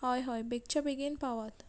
हय हय बेगच्या बेगीन पावात